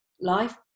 life